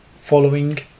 Following